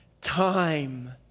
time